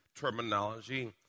terminology